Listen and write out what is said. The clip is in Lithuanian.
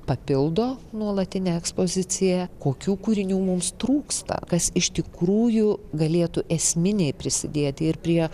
papildo nuolatinę ekspoziciją kokių kūrinių mums trūksta kas iš tikrųjų galėtų esminiai prisidėti ir prie